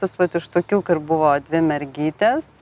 tas vat iš tokių buvo dvi mergytės